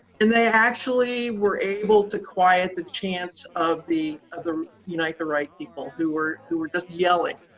and they actually were able to quiet the chants of the of the unite the right people who were who were just yelling.